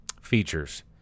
features